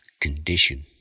condition